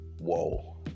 Whoa